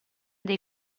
dei